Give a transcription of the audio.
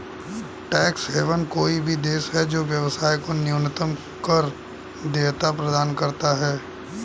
tax haven कोई भी देश है जो व्यवसाय को न्यूनतम कर देयता प्रदान करता है